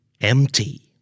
empty